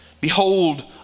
behold